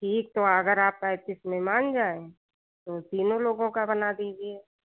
ठीक तो अगर आप पैंतीस में मान जाए तो तीनों लोगों का बना दीजिए